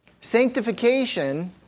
sanctification